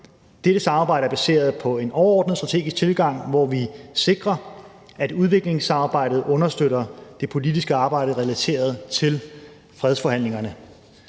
Dette samarbejde er baseret på en overordnet strategisk tilgang, hvor vi sikrer, at udviklingssamarbejdet understøtter det politiske arbejde relateret til fredsforhandlingerne.